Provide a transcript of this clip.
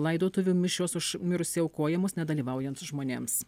laidotuvių mišios už mirusįjį aukojamos nedalyvaujant žmonėms